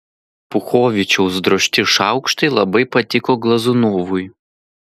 puchovičiaus drožti šaukštai labai patiko glazunovui